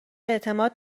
اعتماد